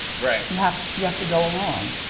right. you have you have to go along.